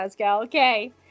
okay